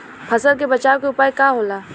फसल के बचाव के उपाय का होला?